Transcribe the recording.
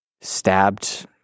stabbed